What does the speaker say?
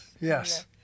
Yes